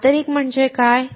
आंतरिक म्हणजे काय